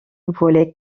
voulait